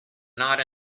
not